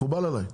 מקובל עליי.